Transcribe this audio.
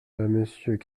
monsieur